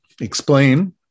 explain